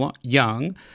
Young